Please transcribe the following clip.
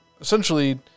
essentially